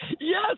yes